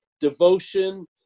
devotion